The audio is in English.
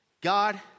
God